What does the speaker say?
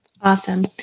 Awesome